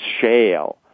shale